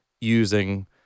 using